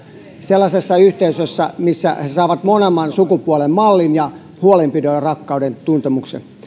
sellaisessa yhteisössä missä he saavat molemman sukupuolen mallin ja huolenpidon ja rakkauden tuntemuksen